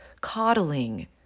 coddling